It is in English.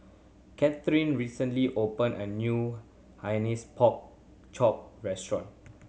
Katheryn recently opened a new Hainanese Pork Chop restaurant